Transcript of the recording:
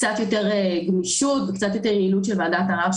קצת יותר גמישות וקצת יותר יעילות של ועדת הערר,